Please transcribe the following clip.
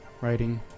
writing